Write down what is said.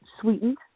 sweetened